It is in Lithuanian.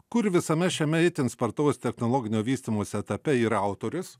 kur visame šiame itin spartaus technologinio vystymosi etape yra autorius